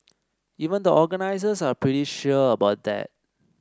even the organisers are pretty sure about that